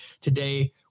today